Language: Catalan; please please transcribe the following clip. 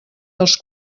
dels